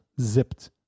Zipped